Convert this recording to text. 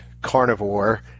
carnivore